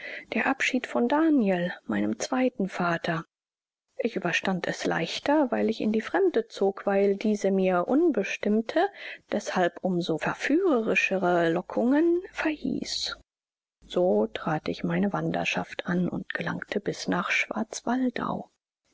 der abschied von daniel meinem zweiten vater ich überstand es leichter weil ich in die fremde zog weil diese mir unbestimmte deßhalb um so verführerischere lockungen verhieß so trat ich meine wanderschaft an und gelangte bis nach schwarzwaldau